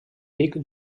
pic